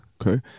Okay